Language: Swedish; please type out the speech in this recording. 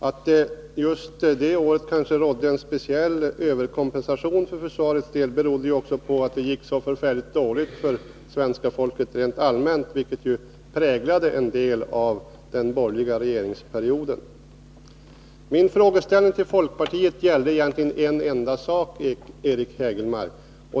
Att det just det året kanske rådde en speciell överkompensation för försvarets del berodde ju också på att det gick så dåligt för svenska folket rent allmänt, vilket präglade en del av den borgerliga regeringsperioden. Min fråga till folkpartiet gällde egentligen en enda sak, Eric Hägelmark.